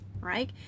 right